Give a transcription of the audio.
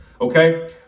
Okay